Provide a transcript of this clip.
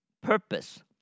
purpose